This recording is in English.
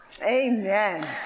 amen